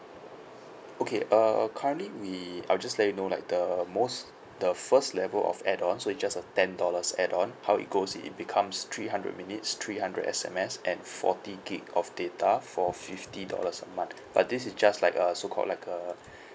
okay uh currently we I will just let you know like the most the first level of add-on so is just a ten dollars add on how it goes it it becomes three hundred minutes three hundred S_M_S and forty gig of data for fifty dollars a month but this is just like a so called like a